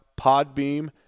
Podbeam